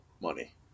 money